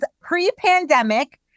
pre-pandemic